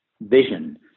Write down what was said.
vision